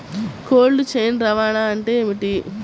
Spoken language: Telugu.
కోల్డ్ చైన్ రవాణా అంటే ఏమిటీ?